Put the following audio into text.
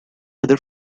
other